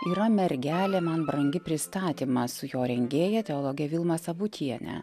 yra mergelė man brangi pristatymą su jo rengėja teologe vilma sabutiene